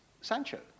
Sancho